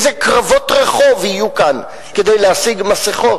אילו קרבות רחוב יהיו כאן כדי להשיג מסכות.